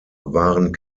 waren